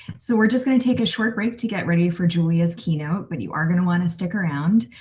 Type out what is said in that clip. so we're just gonna take a short break to get ready for julia's keynote, but you are gonna want to stick around.